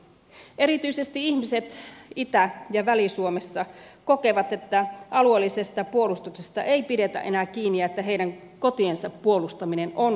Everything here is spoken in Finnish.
erityisesti ihmiset itä ja väli suomessa kokevat että alueellisesta puolustuksesta ei pidetä enää kiinni ja että heidän kotiensa puolustaminen on unohdettu